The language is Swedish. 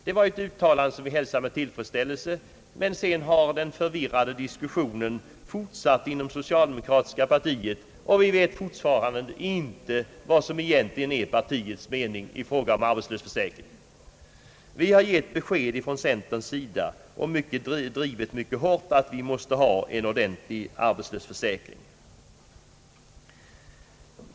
Det var ett uttalande som vi hälsar med tillfredsställelse. Sedan har den förvirrade diskussionen fortsatt inom det socialdemokratiska partiet, och vi vet fortfarande inte vad som egentligen är partiets mening i fråga om arbetslöshetsförsäkringen. Vi har från centerns sida gett besked och drivit mycket hårt att vi måste ha en ordentlig arbetslöshetsförsäkring.